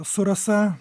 su rasa